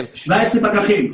17 פקחים,